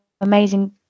amazing